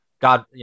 God